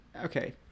okay